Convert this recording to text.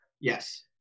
Yes